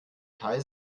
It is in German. teil